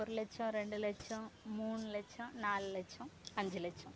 ஒரு லட்சம் ரெண்டு லட்சம் மூணு லட்சம் நாலு லட்சம் அஞ்சு லட்சம்